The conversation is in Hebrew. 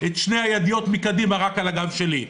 את שתי הידיות מקדימה רק על הגב שלי,